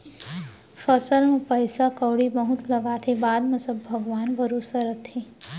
फसल म पइसा कउड़ी बहुत लागथे, बाद म सब भगवान भरोसा रथे